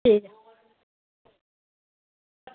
ठीक ऐ